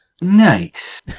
Nice